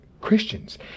Christians